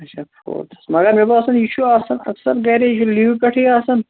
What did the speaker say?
اچھا فورتھَس مَگر مےٚ باسان یہِ چھُ آسان اَکژ گَرے یہِ چھُ آسان لیٖوِ پیٚٹھٕے آسان